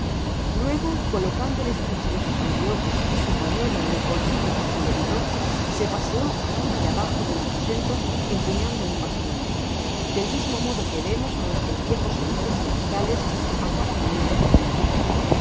luego colocando el estuche de sus anteojos y su pañuelo en los bolsillos de su leviton se paseó arriba y abajo del aposento empuñando un baston del mismo modo que vemos á nuestros viejos señores en las calles á cada momento del dia